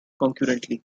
concurrently